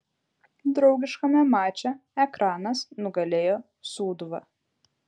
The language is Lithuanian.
draugiškame mače ekranas nugalėjo sūduvą